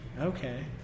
okay